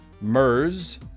MERS